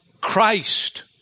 Christ